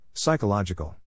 Psychological